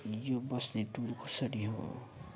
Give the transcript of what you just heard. यो बस्ने टुल कसरी हो